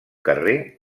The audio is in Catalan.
carrer